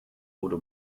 wurde